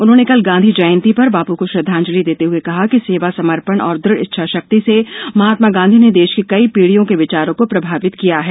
उन्होंने कल गांधी जयंती पर बापू को श्रद्वांजलि देते हए कहा कि सेवा समर्पण और दृढ़ इच्छाशक्ति से महात्मा गांधी ने देश की कई पीड़ियों के विचारों को प्रभावित किया है